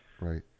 Right